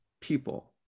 people